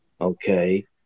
Okay